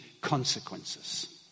consequences